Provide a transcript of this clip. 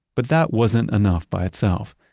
but that wasn't enough by itself.